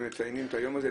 מציינים את היום הזה,